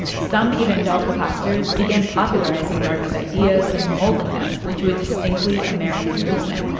some evangelical pastors began popularizing darby's ideas and molding them into a distinctly american movement.